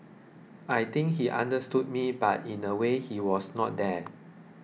I think he understood me but in a way he was not there